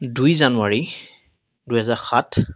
দুই জানুৱাৰী দুহেজাৰ সাত